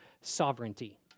sovereignty